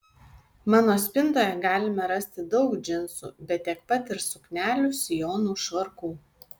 mano spintoje galime rasti daug džinsų bet tiek pat ir suknelių sijonų švarkų